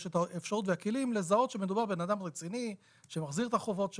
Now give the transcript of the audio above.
יש את האפשרות והכלים לזהות שמדובר בבן אדם רציני שמחזיר את החובות שלו,